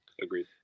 Agreed